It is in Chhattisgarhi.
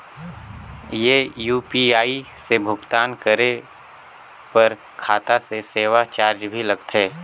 ये यू.पी.आई से भुगतान करे पर खाता से सेवा चार्ज भी लगथे?